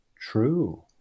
true